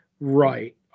Right